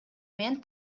менен